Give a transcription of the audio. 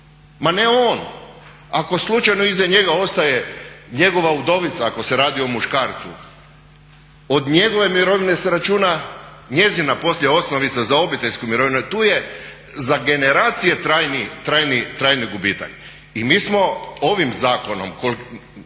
Ma ne on, ako slučajno iza njega ostaje njegova udovica, ako se radi o muškarcu, od njegove mirovine se računa njezina poslije osnovica za obiteljsku mirovinu. Tu je za generacije trajni gubitak. I mi smo ovim zakonom